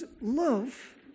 love